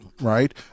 right